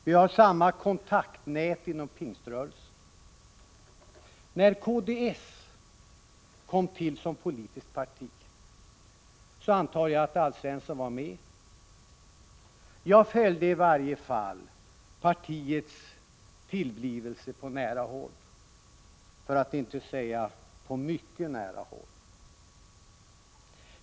Vi har samma kontaktnät inom pingströrelsen. När kds kom till som politiskt parti antar jag att Alf Svensson var med. Jag följde i varje fall partiets tillblivelse på nära håll — för att inte säga på mycket nära håll.